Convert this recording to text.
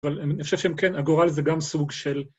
אבל אני חושב שהם כן, הגורל זה גם סוג של...